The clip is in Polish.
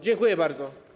Dziękuję bardzo.